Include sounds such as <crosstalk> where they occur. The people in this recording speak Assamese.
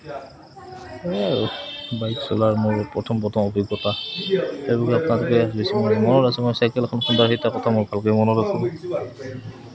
সেই আৰু বাইক চলোৱাৰ মোৰ প্ৰথম প্ৰথম অভিজ্ঞতা সেইবোৰ আপোনালোকে <unintelligible> মনত আছে মই চাইকেল এখন খুন্দাৰ সেই কথা মোৰ ভালকৈ মনত আছে